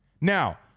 Now